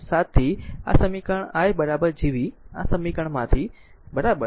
7 થી જો આ સમીકરણ i Gv આ સમીકરણમાંથી બરાબર